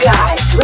Guys